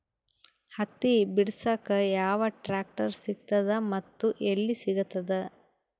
ಹತ್ತಿ ಬಿಡಸಕ್ ಯಾವ ಟ್ರಾಕ್ಟರ್ ಸಿಗತದ ಮತ್ತು ಎಲ್ಲಿ ಸಿಗತದ?